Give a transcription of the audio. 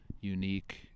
unique